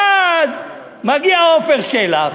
ואז מגיע עפר שלח,